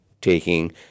taking